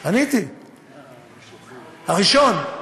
עניתי, הראשון.